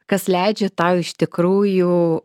kas leidžia tau iš tikrųjų